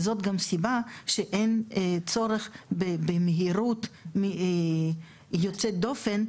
וזאת גם סיבה שאין צורך במהירות יוצאת דופן,